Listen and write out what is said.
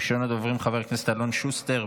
ראשון הדוברים, חבר הכנסת אלון שוסטר,